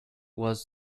was